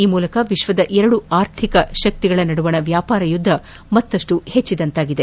ಈ ಮೂಲಕ ವಿಶ್ವದ ಎರಡು ಆರ್ಥಿಕ ಶಕ್ತಿಗಳ ನಡುವಿನ ವ್ಯಾಪಾರ ಯುದ್ಧ ಮತ್ತಷ್ಟು ಹೆಚ್ಚಾದಂತಾಗಿದೆ